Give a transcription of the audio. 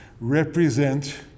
represent